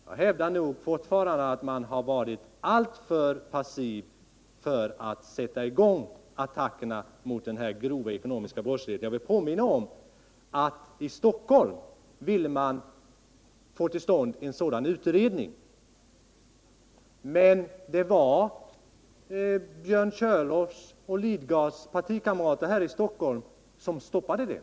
Jag hävdar fortfarande att ni är alltför passiva i att attackera den grova ekonomiska brottsligheten. Jag vill påminna om att man ville få till stånd en sådan utredning i Stockholm men att Björn Körlofs och Bertil Lidgards partikamrater i Stockholm mer eller mindre stoppade den.